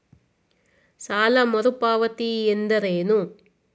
ಸಾಲ ಮರುಪಾವತಿ ಎಂದರೇನು?